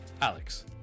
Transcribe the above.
Alex